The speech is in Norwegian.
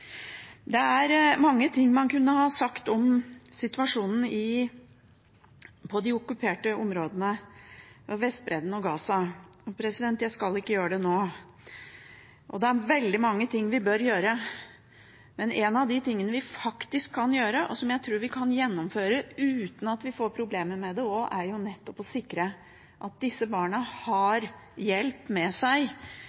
Det er mange ting man kunne ha sagt om situasjonen på de okkuperte områdene, Vestbredden og Gaza, men jeg skal ikke gjøre det nå. Og det er veldig mange ting vi bør gjøre. Men en av de tingene vi faktisk kan gjøre, og som jeg tror vi kan gjennomføre uten at vi får problemer med det, er nettopp å sikre at disse barna har hjelp med seg